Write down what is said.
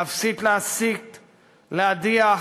להפסיק להסית ולהדיח,